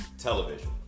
Television